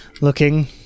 looking